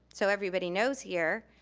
so everybody knows here,